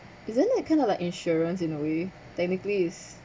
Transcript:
isn't that kind of like insurance in a way technically it's